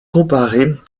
comparer